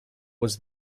was